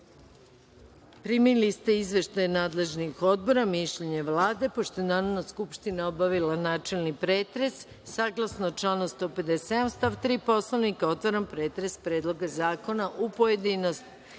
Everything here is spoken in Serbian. ste izveštaj nadležnih odbora i mišljenje Vlade. Pošto je Narodna skupština obavila načelni pretres, saglasno članu 157. stav 3. Poslovnika, otvaram pretres Predloga zakona u pojedinostima. Na